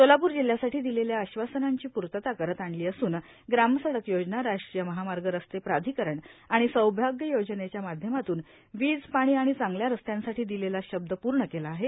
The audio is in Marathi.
सोलापूर जिल्ह्यासाठी दिलेल्या आश्वासनांची पूर्तता करत आणली असून ग्रामसडक योजना राष्ट्रीय महामार्ग रस्ते प्राधिकरण आणि सौभाग्य योजनेच्या माध्यमातून वीज पाणी आणि चांगल्या रस्त्यांसाठी दिलेला शब्द पूर्ण केला आहे